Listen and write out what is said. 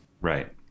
Right